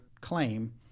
claim